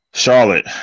Charlotte